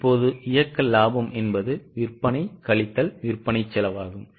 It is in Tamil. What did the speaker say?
இப்போது இயக்க லாபம் என்பது விற்பனை கழித்தல் விற்பனைச் செலவாகும்